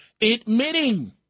admitting